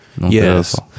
Yes